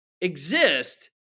exist